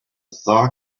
thaw